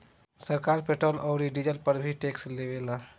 सरकार पेट्रोल औरी डीजल पर भी टैक्स ले लेवेला